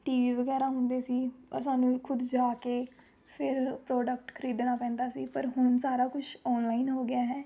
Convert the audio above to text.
T V ਵਗੈਰਾ ਹੁੰਦੇ ਸੀ ਸਾਨੂੰ ਖ਼ੁਦ ਜਾ ਕੇ ਫਿਰ ਪ੍ਰੋਡਕਟ ਖਰੀਦਣਾ ਪੈਂਦਾ ਸੀ ਪਰ ਹੁਣ ਸਾਰਾ ਕੁਛ ਔਨਲਾਈਨ ਹੋ ਗਿਆ ਹੈ